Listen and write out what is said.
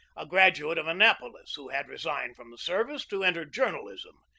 a graduate of annapolis, who had resigned from the service to enter journalism,